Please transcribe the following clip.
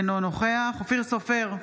אינו נוכח אופיר סופר,